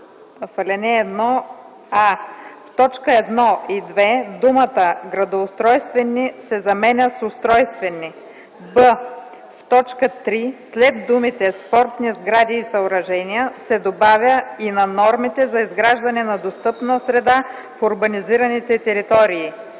В ал. 1: а) в т. 1 и 2 думата „градоустройствени” се заменя с „устройствени”; б) в т. 3 след думите „спортни сгради и съоръжения” се добавя „и на нормите за изграждане на достъпна среда в урбанизираните територии”;